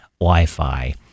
wi-fi